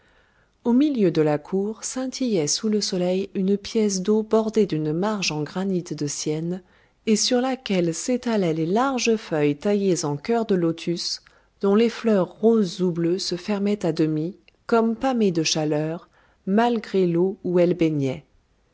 au milieu de la cour scintillait sous le soleil une pièce d'eau bordée d'une marge en granit de syène et sur laquelle s'étalaient les larges feuilles taillées en cœur des lotus dont les fleurs roses ou bleues se fermaient à demi comme pâmées de chaleur malgré l'eau où elles baignaient